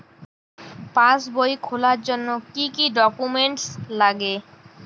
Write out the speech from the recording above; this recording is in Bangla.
পাসবই খোলার জন্য কি কি ডকুমেন্টস লাগে?